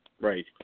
Right